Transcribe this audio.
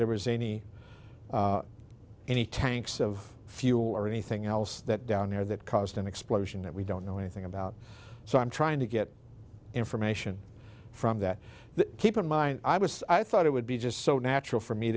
there was any any tanks of fuel or anything else that down there that caused an explosion that we don't know anything about so i'm trying to get information from that keep in mind i was i thought it would be just so natural for me